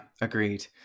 agreed